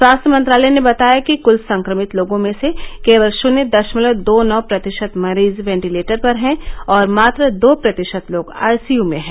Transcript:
स्वास्थ्य मंत्रालय ने बताया कि क्ल संक्रमित लोगों में से केवल शृन्य दशमलव दो नौ प्रतिशत मरीज वेंटिलेटर पर हैं और मात्र दो प्रतिशत लोग आईसीयू में हैं